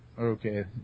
Okay